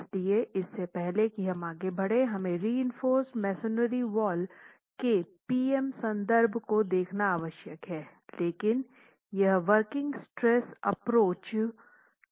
इसलिए इससे पहले कि हम आगे बढे हमे रीइंफोर्स्ड मेसनरी वाल के पी एम संदर्भ को देखना आवश्यक है लेकिन यह वर्किंग स्ट्रेस एप्रोच के भीतर ही रहेगा